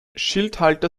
schildhalter